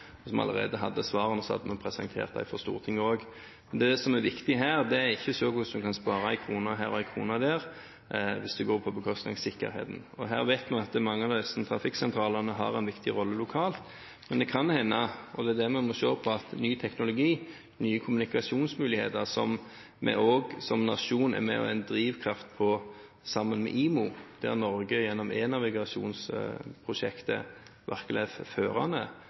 Hvis vi allerede hadde svarene, hadde vi presentert dem for Stortinget også. Men det som er viktig her, er ikke å se på hvordan en kan spare en krone her og en krone der, hvis det går på bekostning av sikkerheten. Vi vet at mange av disse trafikksentralene har en viktig rolle lokalt. Men det kan hende – og det er det vi må se på – at ny teknologi, nye kommunikasjonsmuligheter, der vi også som nasjon er en drivkraft, sammen med IMO, der Norge gjennom